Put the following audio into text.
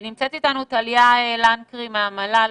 נמצאת אתנו טליה לנקרי מהמל"ל.